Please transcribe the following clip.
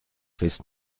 fest